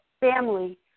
family